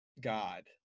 God